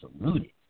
saluted